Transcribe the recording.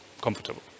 comfortable